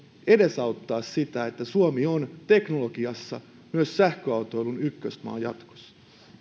edesauttaa sitä että suomi on teknologiassa myös sähköautoilun ykkösmaa jatkossa